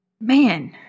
Man